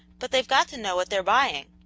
but they've got to know what they're buying.